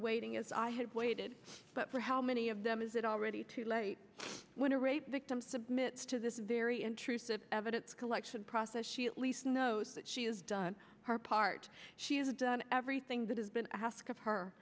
waiting as i had waited but for how many of them is it already too late when a rape victim submit to this very intrusive evidence collection process she at least knows that she has done her part she has done everything that has been asked